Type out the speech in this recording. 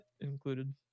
included